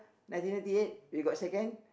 ninety ninety eight we got second